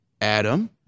Adam